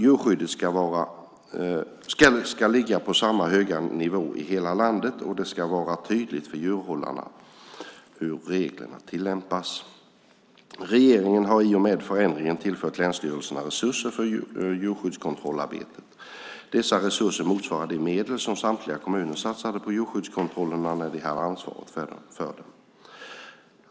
Djurskyddet ska ligga på samma höga nivå i hela landet och det ska vara tydligt för djurhållarna hur reglerna tillämpas. Regeringen har i och med förändringarna tillfört länsstyrelserna resurser för djurskyddskontrollarbetet. Dessa resurser motsvarar de medel som samtliga kommuner satsade på djurskyddskontrollerna när de hade ansvar för dem.